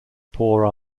poor